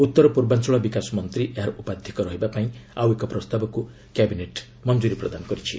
ଉତ୍ତର ପୂର୍ବାଞ୍ଚଳ ବିକାଶ ମନ୍ତ୍ରୀ ଏହାର ଉପାଧ୍ୟକ୍ଷ ରହିବା ପାଇଁ ଆଉ ଏକ ପ୍ରସ୍ତାବକୁ କ୍ୟାବିନେଟ ଅନ୍ତମୋଦନ କରିଛି